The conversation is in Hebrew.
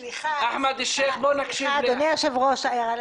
סליחה, אדוני היושב-ראש, הערה לסדר.